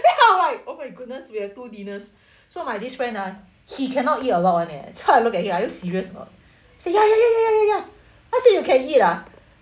then I'm like oh my goodness we have two dinners so my this friend ah he cannot eat a lot [one] eh so I look at him are you serious or not say ya ya ya ya ya ya ya I said you can eat ah